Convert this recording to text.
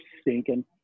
stinking